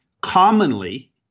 commonly